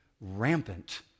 rampant